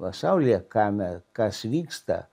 pasaulyje kame kas vyksta